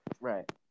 Right